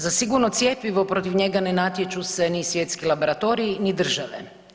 Za sigurno cjepivo protiv njega ne natječu se ni svjetski laboratoriji ni države.